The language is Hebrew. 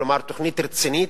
כלומר תוכנית רצינית,